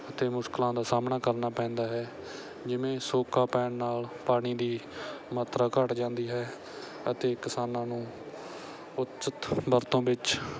ਅਤੇ ਮੁਸ਼ਕਲਾਂ ਦਾ ਸਾਹਮਣਾ ਕਰਨਾ ਪੈਂਦਾ ਹੈ ਜਿਵੇਂ ਸੋਕਾ ਪੈਣ ਨਾਲ ਪਾਣੀ ਦੀ ਮਾਤਰਾ ਘੱਟ ਜਾਂਦੀ ਹੈ ਅਤੇ ਕਿਸਾਨਾਂ ਨੂੰ ਉੱਚਿਤ ਵਰਤੋਂ ਵਿੱਚ